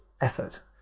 effort